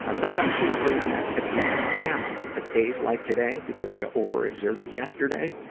ah sometimes, we agree on activities and stamina. but days like today, because i ah overexerted yesterday.